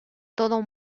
todo